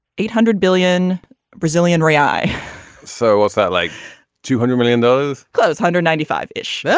eight hundred billion brazilian rely so what's that like two hundred million those close hundred ninety five ish. yeah